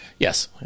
yes